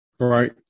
Right